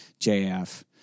JF